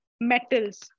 metals